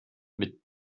mit